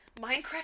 Minecraft